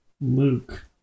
Luke